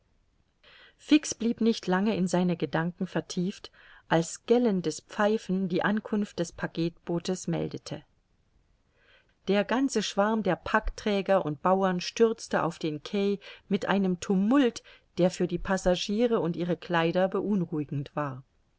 fix blieb nicht lange in seine gedanken vertieft als gellendes pfeifen die ankunft des packetbootes meldete der ganze schwarm der packträger und bauern stürzte auf den quai mit einem tumult der für die passagiere und ihre kleider beunruhigend war